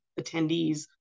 attendees